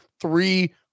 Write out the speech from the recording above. three